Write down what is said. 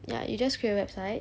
ya you just create a website